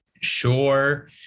sure –